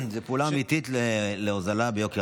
זו פעולה אמיתית להורדת יוקר המחיה.